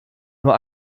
nur